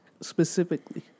Specifically